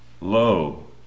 Lo